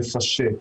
לפשט,